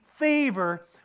favor